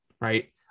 right